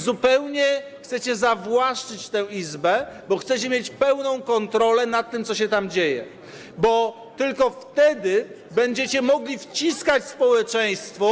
Zupełnie chcecie zawłaszczyć tę Izbę, bo chcecie mieć pełną kontrolę nad tym, co się tam dzieje, ponieważ tylko wtedy będziecie mogli wciskać społeczeństwu.